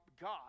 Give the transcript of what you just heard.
God